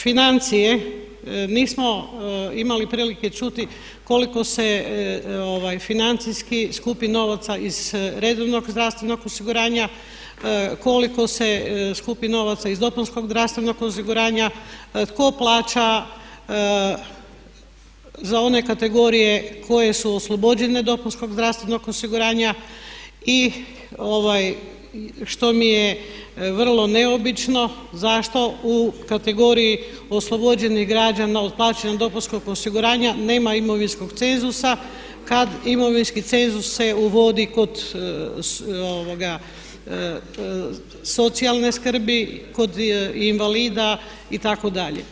Financije, nismo imali prilike čuti koliko se financijski skupi novaca iz redovnog zdravstvenog osiguranja, koliko se skupi novaca iz dopunskog zdravstvenog osiguranja, tko plaća za one kategorije koje su oslobođene dopunskog zdravstvenog osiguranja i što mi je vrlo neobično zašto u kategoriji oslobođenih građana od plaćanja dopunskog osiguranja nema imovinskog cenzusa kad imovinski cenzus se uvodi kod socijalne skrbi, kod invalida itd.